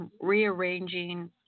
rearranging